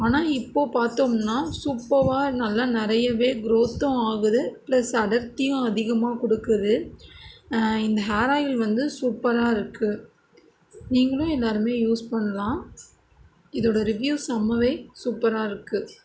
ஆனால் இப்போது பார்த்தோம்னா சூப்பர்பா நல்லா நிறையவே க்ரோத்தும் ஆகுது ப்ளஸ் அடர்த்தியும் அதிகமாக கொடுக்குது இந்த ஹேராயில் வந்து சூப்பராக இருக்கு நீங்களும் எல்லோருமே யூஸ் பண்ணலாம் இதோட ரிவ்யூஸ் ரொம்ப சூப்பராக இருக்கு